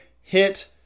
hit